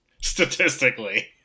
Statistically